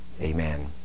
amen